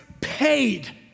paid